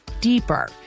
deeper